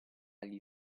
agli